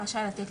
רשאי לתת,